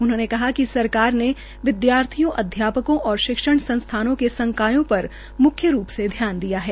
उन्होंने कहा कि सरकार ने विदयार्थियों अध्यापकों और शिक्षण संस्थानों के संकायों पर मुख्य रूप से ध्यान दिया है